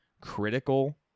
critical